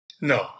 No